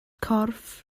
corff